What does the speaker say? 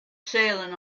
sailing